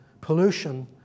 pollution